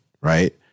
right